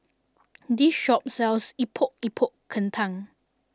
this shop sells Epok Epok Kentang